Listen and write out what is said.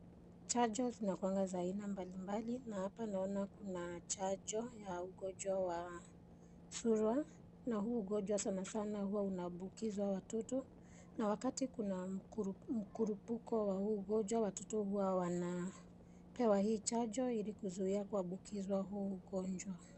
Chanjo zinakua za aina mbalimbali na hapa naona kuna chanjo ya ugonjwa wa surua huu ugonjwa sana sana huwa unambukizwa watoto na wakati kuna mkurupuko wa huu ugonjwa watoto huwa wanapewa hii chajo ili kuzuia kuambukizwa huu ugonjwa.